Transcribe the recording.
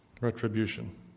retribution